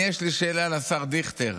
יש לי שאלה לשר דיכטר: